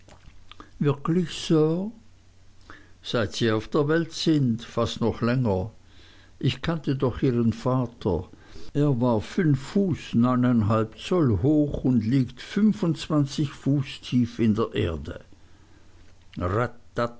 wirklich sir seit sie auf der welt sind fast noch länger ich kannte doch ihren vater er war fünf fuß neuneinhalb zoll hoch und liegt fünfundzwanzig fuß tief in der erde